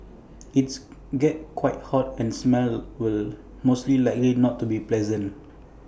IT gets quite hot and the smell will most likely not be pleasant